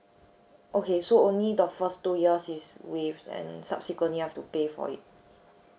okay so only the first two years is waived and subsequent you have to pay for it